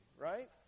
Right